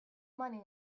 money